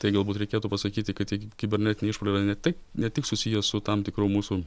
tai galbūt reikėtų pasakyti kad ik kibernetiniai išpuoliai yra ne taik ne tik susiję su tam tikru mūsų